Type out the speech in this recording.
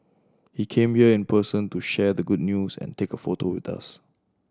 he came here in person to share the good news and take a photo with us